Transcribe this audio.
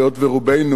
היות שרובנו,